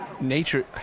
Nature